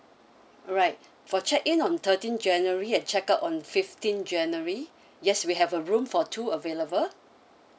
alright for check in on thirteen january and check out on fifteen january yes we have a room for two available